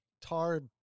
tar